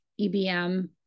EBM